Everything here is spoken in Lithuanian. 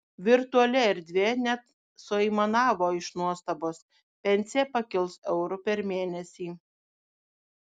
virtuali erdvė net suaimanavo iš nuostabos pensija pakils euru per mėnesį